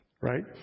Right